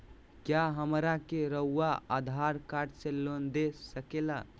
क्या हमरा के रहुआ आधार कार्ड से लोन दे सकेला?